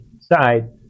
side